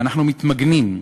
אנחנו מתמגנים.